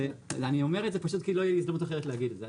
אני אומר את זה כי לא תהיה הזדמנות אחרת להגיד את זה,